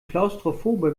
klaustrophobe